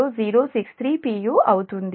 u అవుతుంది